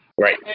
right